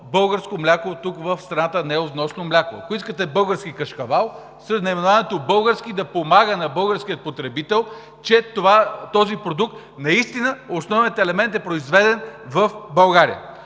българско мляко тук, в страната, а не от вносно мляко. Ако искате български кашкавал – същото. Наименованието „български“ да помага на българския потребител, че в този продукт наистина основният елемент е произведен в България.